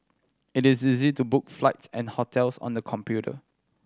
it is easy to book flights and hotels on the computer